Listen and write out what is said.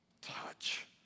Touch